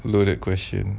loaded question